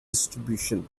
distribution